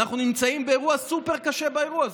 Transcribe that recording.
ואנחנו נמצאים באירוע סופר-קשה באירוע הזה.